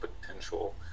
potential